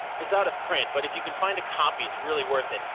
it's out of print, but if you can find a copy it's really worth it.